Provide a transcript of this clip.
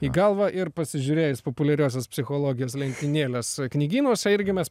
į galvą ir pasižiūrėjus populiariosios psichologijos lentynėles knygynuose irgi mes